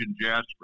Jasper